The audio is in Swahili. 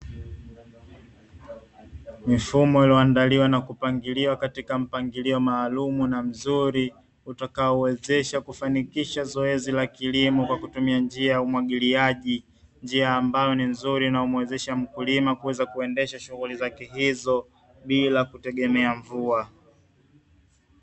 Mifumo iliyoandaliwa na kupangiliwa katika mpangilio maalumu na mzuri, utakao wezesha kufanikisha zoezi la kilimo kutumia njia ya umwagiliaji, njia ambayo ni nzuri inayomuwezesha mkulima kuweza kuendesha shughuli zake hizo bila kutegemea mvua.